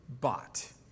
bought